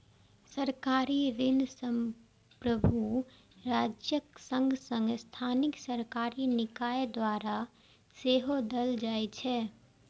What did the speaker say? सरकारी ऋण संप्रभु राज्यक संग संग स्थानीय सरकारी निकाय द्वारा सेहो देल जाइ छै